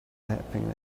happening